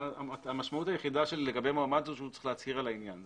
המשמעות היחידה לגבי מועמד זה שהוא צריך להצהיר על העניין,